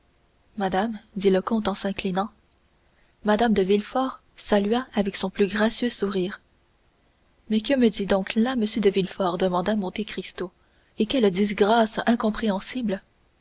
madame dit le comte en s'inclinant mme de villefort salua avec son plus gracieux sourire mais que me dit donc là m de villefort demanda monte cristo et quelle disgrâce incompréhensible